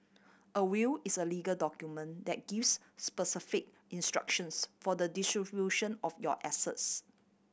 a will is a legal document that gives specific instructions for the distribution of your assets